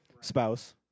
Spouse